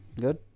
Good